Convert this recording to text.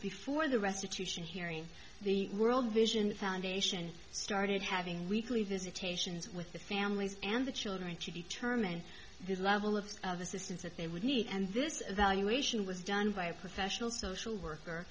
before the restitution hearing the world vision foundation started having weekly visitations with the families and the children to determine the level of assistance that they would need and this evaluation was done by a professional social worker